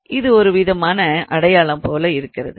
இது ஒரு விதமான அடையாளம் போல இருக்கிறது